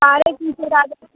सारे टीचर आ जाते